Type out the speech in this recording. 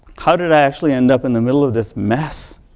how did i actually end up in the middle of this mess?